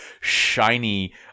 shiny